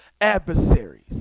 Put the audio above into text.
adversaries